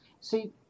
see